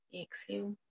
exhale